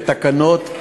בתקנות,